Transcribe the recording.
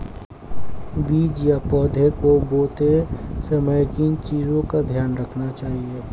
बीज या पौधे को बोते समय किन चीज़ों का ध्यान रखना चाहिए?